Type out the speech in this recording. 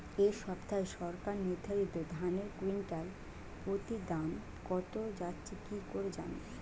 এই সপ্তাহে সরকার নির্ধারিত ধানের কুইন্টাল প্রতি দাম কত যাচ্ছে কি করে জানবো?